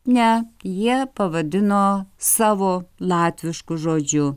ne jie pavadino savo latvišku žodžiu